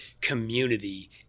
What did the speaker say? community